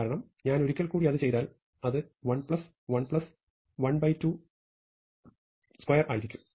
കാരണം ഞാൻ ഒരിക്കൽ കൂടി ചെയ്താൽ അത് 1 1 122 ആയിരിക്കും